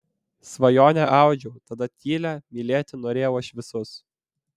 svajonę audžiau tada tylią mylėti norėjau aš visus